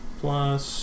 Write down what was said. plus